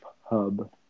hub